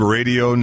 Radio